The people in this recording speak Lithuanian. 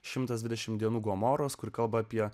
šimta dvidešimt dienų gomoros kur kalba apie